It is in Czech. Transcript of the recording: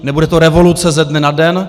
Nebude to revoluce ze dne na den.